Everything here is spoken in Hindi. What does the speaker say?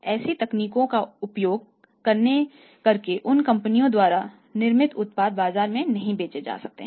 ऐसी तकनीकों का उपयोग करके उन कंपनियों द्वारा निर्मित उत्पाद बाजार में नहीं बेचे जा सकते हैं